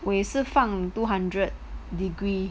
我也是放 two hundred degree